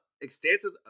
extensive